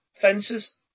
fences